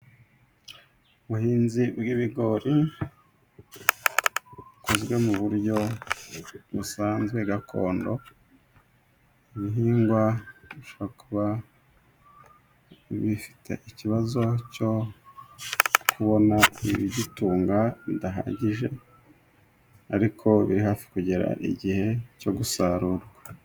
Ubuhinzi bw'ibigori bukozwe mu buryo busanzwe gakondo, ibihingwa bishobora kuba bifite ikibazo cyo kubona ibigitunga bidahagije, ariko biri hafi kugera igihe cyo gusarurwa.